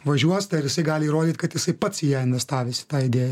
važiuos tai ar jisai gali įrodyt kad jisai pats į ją investavęs į tą idėją